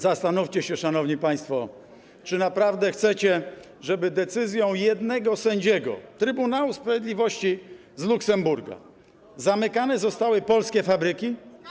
Zastanówcie się, szanowni państwo, czy naprawdę chcecie, żeby decyzją jednego sędziego Trybunału Sprawiedliwości z Luksemburga zamykane były polskie fabryki?